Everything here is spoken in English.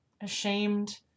ashamed